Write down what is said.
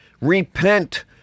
repent